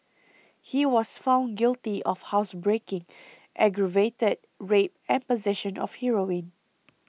he was found guilty of housebreaking aggravated rape and possession of heroin